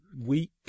week